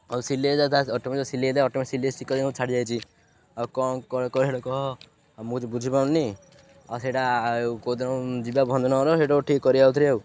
ଆଉ ସିଲେଇ ଯାହା ଅଟୋମେଟିକ୍ ସିଲେଇ ଅଟୋମେଟିକ୍ ସିଲେଇ ସିକା ମୁଁ ଛାଡ଼ିଯାଇଛି ଆଉ କଁ କଁ କହ ମୁଁ ବୁଝିପାରୁନି ଆଉ ସେଇଟା ଆଉ କେଉଁ ଦିନ ଯିବା ଭଞ୍ଜନଗର ସେଇଟା ଠିକ୍ କରିବା ଆଉ ଥରେ ଆଉ